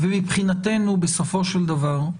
מבחינתנו בסופו של דבר,